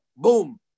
Boom